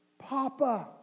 Papa